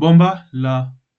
Bomba la